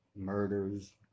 Murders